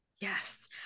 Yes